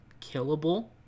killable